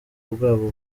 bwabo